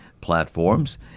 platforms